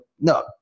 No